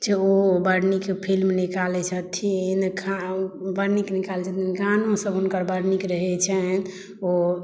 जे ओ बड़ नीक फिल्म निकालै छथिन बड़ नीक निकालै छथिन गाना सभ हुनकर बड नीक रहै छनि ओ